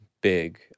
big